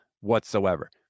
whatsoever